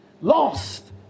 Lost